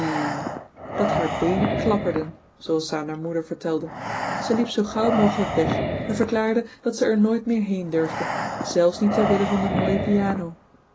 dat haar beenen klapperden zooals ze aan haar moeder vertelde ze liep zoo gauw mogelijk weg en verklaarde dat zij er nooit meer heen durfde zelfs niet ter wille van de mooie piano